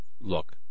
Look